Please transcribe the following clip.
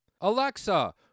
Alexa